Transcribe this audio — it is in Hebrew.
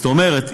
זאת אומרת,